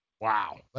Wow